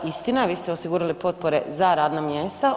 Istina, vi ste osigurali potpore za radna mjesta.